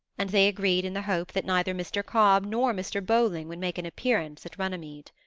and they agreed in the hope that neither mr. cobb nor mr. bowling would make an appearance at runnymede.